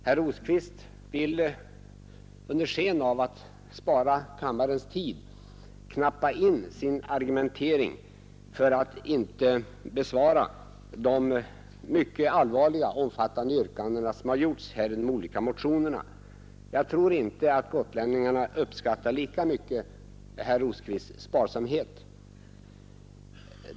Herr Rosqvist vill under sken av att spara kammarens tid knappa in sin argumentering för att slippa bemöta de mycket väsentliga och omfattande yrkanden som har gjorts i de olika motionerna. Jag tror inte att gotlänningarna lika mycket uppskattar herr Rosqvists sparsamhet.